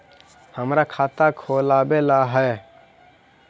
हमरा खाता खोलाबे ला है?